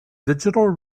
digital